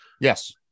yes